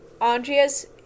Andrea's